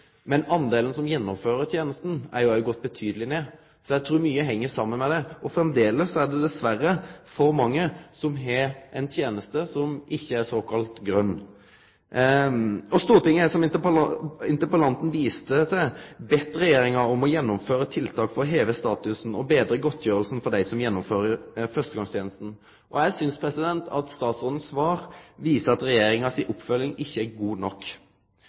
Men talet på dei som gjennomfører tenesta, er gått betydeleg ned. Så eg trur mykje heng saman med det. Framleis er det dessverre for mange som har teneste som ikkje er såkalla grøn. Stortinget har, som interpellanten viste til, bedt Regjeringa om å gjennomføre tiltak for å heve statusen og betre godtgjeringa for dei som gjennomfører førstegongstenesta. Eg synest at svaret frå statsråden viser at oppfølginga frå Regjeringa ikkje er god nok.